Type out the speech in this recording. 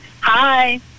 Hi